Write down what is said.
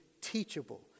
teachable